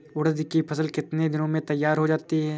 उड़द की फसल कितनी दिनों में तैयार हो जाती है?